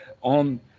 On